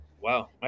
Wow